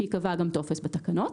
שייקבע גם טופס בתקנות.